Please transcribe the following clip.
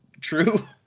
true